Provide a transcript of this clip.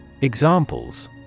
Examples